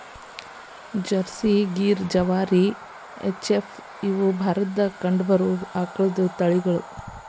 Jersey, Gir, Jawari, H F, ಇವ ಭಾರತದಾಗ ಕಂಡಬರು ಆಕಳದ ತಳಿಗಳು